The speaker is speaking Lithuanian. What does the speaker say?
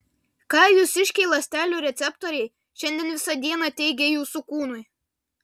ką jūsiškiai ląstelių receptoriai šiandien visą dieną teigė jūsų kūnui